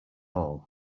all